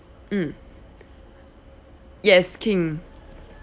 mm yes king